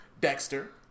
Dexter